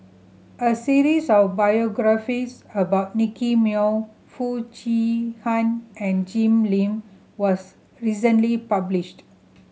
a series of biographies about Nicky Moey Foo Chee Han and Jim Lim was recently published